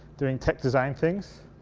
doing tech design things.